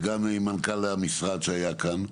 וגם עם מנכ"ל המשרד שהיה כאן,